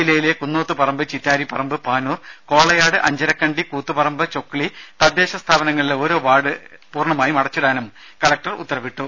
ജില്ലയിലെ കുന്നോത്ത്പറമ്പ് ചിറ്റാരിപ്പറമ്പ് പാനൂർ കോളയാട് അഞ്ചരക്കണ്ടി കൂത്തുപറമ്പ ചൊക്ലി തദ്ദേശ സ്ഥാപനങ്ങളിലെ ഓരോ വാർഡ് പൂർണമായും അടിച്ചിടാനും കലക്ടർ ഉത്തരവിട്ടു